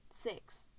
six